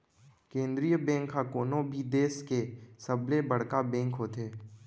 केंद्रीय बेंक ह कोनो भी देस के सबले बड़का बेंक होथे